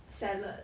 salad